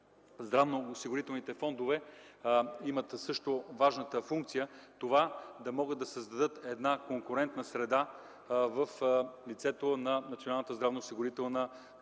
Здравноосигурителните фондове имат важната функция да могат да създадат една конкурентна среда в лицето на Националната здравноосигурителна каса.